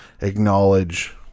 acknowledge